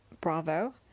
Bravo